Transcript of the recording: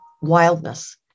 wildness